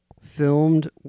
filmed